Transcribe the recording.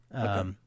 Okay